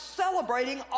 celebrating